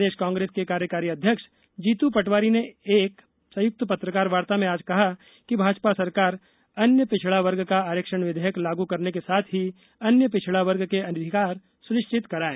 प्रदेश कांग्रेस के कार्यकारी अध्यक्ष जीतू पटवारी ने एक संयुक्त पत्रकारवार्ता में आज कहा कि भाजपा सरकार अन्य पिछड़ा वर्ग का आरक्षण विधेयक लागू करने के साथ ही अन्य पिछड़ा वर्ग के अधिकार सुनिश्चित कराए